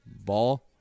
Ball